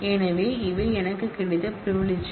எனவே இவை எனக்கு கிடைத்த பிரிவிலிஜ்கள்